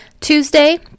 Tuesday